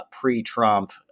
pre-Trump